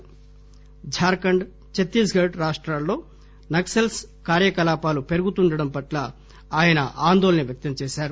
Jharkhand Chhattisgarh రాష్టాల్లో నక్సల్ కార్యకలాపాలు పెరుగుతుండడం పట్ల ఆయన ఆందోళన వ్యక్తం చేశారు